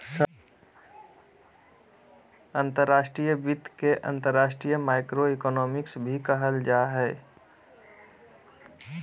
अंतर्राष्ट्रीय वित्त के अंतर्राष्ट्रीय माइक्रोइकोनॉमिक्स भी कहल जा हय